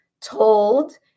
told